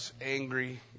angry